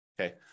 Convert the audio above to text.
Okay